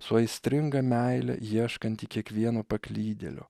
su aistringa meile ieškantį kiekvieno paklydėlio